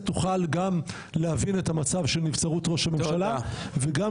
תוכל גם להבין את המצב של נבצרות ראש הממשלה וגם